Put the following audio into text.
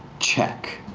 check.